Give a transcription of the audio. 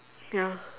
ya